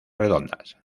redondas